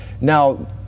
now